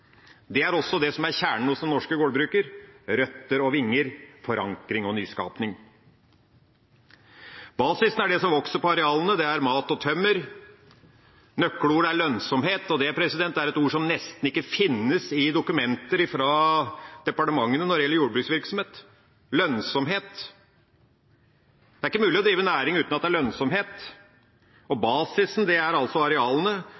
Det er også det som er kjernen hos den norske gårdbrukeren: røtter og vinger, forankring og nyskaping. Basisen er det som vokser på arealene. Det er mat og tømmer. Nøkkelordet er lønnsomhet, og det er et ord som nesten ikke finnes i dokumentene fra departementene når det gjelder jordbruksvirksomhet. Lønnsomhet – det er ikke mulig å drive næring uten at det er lønnsomhet. Basisen er altså arealene, og forutsetningen for at ungdommen tar tak i arealene